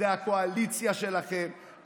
זו הקואליציה שלכם,